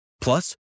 Plus